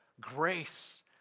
grace